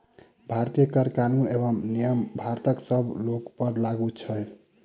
भारतीय कर कानून एवं नियम भारतक सब लोकपर लागू छै